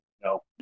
No